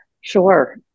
Sure